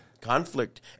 Conflict